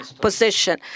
position